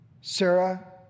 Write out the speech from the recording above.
Sarah